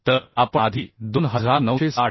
तर आपण आधी 2960